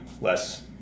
less